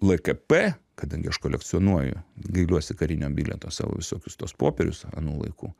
lkp kadangi aš kolekcionuoju gailiuosi karinio bilieto savo visokius tuos popierius anų laikų